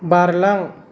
बारलां